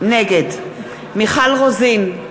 נגד מיכל רוזין,